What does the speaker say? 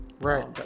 right